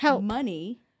money